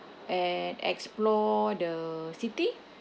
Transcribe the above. and explore the city